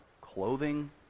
clothing